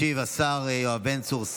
ישיב השר יואב בן צור,